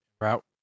route